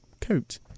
coat